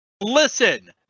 Listen